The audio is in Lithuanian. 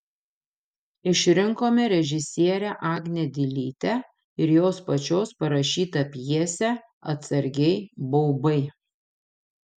išrinkome režisierę agnę dilytę ir jos pačios parašytą pjesę atsargiai baubai